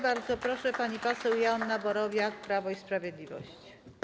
Bardzo proszę, pani poseł Joanna Borowiak, Prawo i Sprawiedliwość.